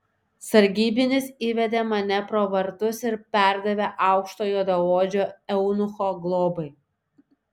sargybinis įvedė mane pro vartus ir perdavė aukšto juodaodžio eunucho globai